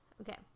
Okay